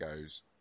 goes